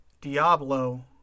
Diablo